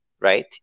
Right